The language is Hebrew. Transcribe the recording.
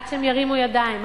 עד שהם ירימו ידיים,